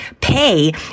pay